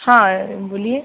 हाँ बोलिए